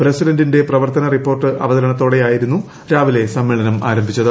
പ്രസിഡന്റിന്റെ പ്രവർത്തന റിപ്പോർട്ട് അവതരണത്തോടെയാണ് രാവിലെ സമ്മേളനം ആരംഭിച്ചത്